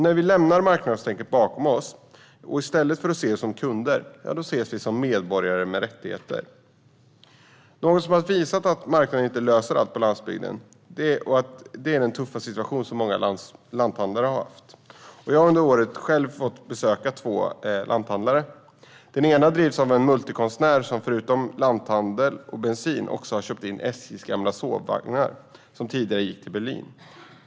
När vi lämnar marknadstänket bakom oss kan vi i stället för att se oss som kunder se oss som medborgare med rättigheter. Något som har visat att marknaden inte löser allt på landsbygden är den tuffa situation som många lanthandlare har haft. Jag har under året själv besökt två lanthandlare. Den ena drivs av en multikonstnär som förutom lanthandel och bensinmack också har köpt in SJ:s gamla sovvagnar, vilka tidigare gick till Berlin.